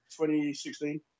2016